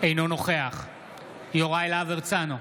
אינו נוכח יוראי להב הרצנו,